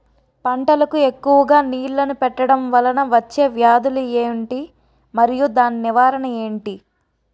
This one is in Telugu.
పంటలకు ఎక్కువుగా నీళ్లను పెట్టడం వలన వచ్చే వ్యాధులు ఏంటి? మరియు దాని నివారణ ఏంటి?